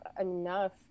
enough